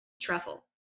truffle